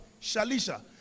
Shalisha